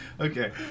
Okay